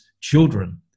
children